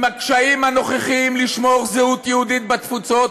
עם הקשיים הנוכחיים לשמור זהות יהודית בתפוצות,